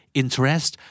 interest